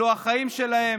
אלו החיים שלהם,